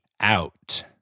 out